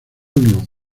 unión